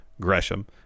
Gresham